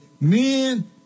Men